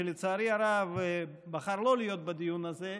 שלצערי הרב בחר לא להיות בדיון הזה,